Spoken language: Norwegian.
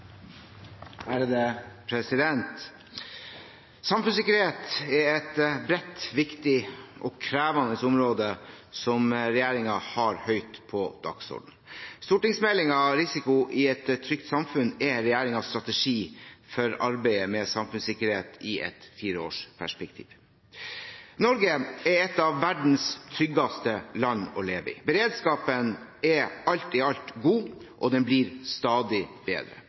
eige innlegg. Samfunnssikkerhet er et bredt, viktig og krevende område som regjeringen har høyt på dagsordenen. Stortingsmeldingen Risiko i et trygt samfunn er regjeringens strategi for arbeidet med samfunnssikkerhet i et fireårsperspektiv. Norge er et av verdens tryggeste land å leve i. Beredskapen er alt i alt god, og den blir stadig bedre.